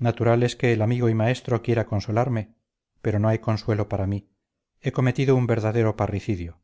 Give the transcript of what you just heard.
natural es que el amigo y maestro quiera consolarme pero no hay consuelo para mí he cometido un verdadero parricidio